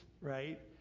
right